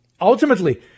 Ultimately